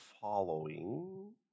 following